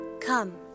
Come